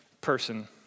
person